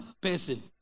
person